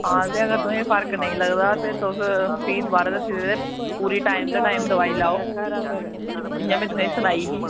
आं ते तुसेंगी अगर फर्क नेईं लगदा ते तुस फ्ही दोबारा दस्सी सकदे पूरे टाईम दा टाईम दोआई लैओ जियां में तुसेंगी सनाई ही